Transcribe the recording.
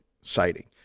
sighting